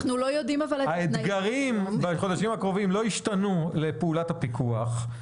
האתגרים בחודשים הקרובים לא ישתנו לפעולת הפיקוח.